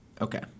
Okay